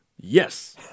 yes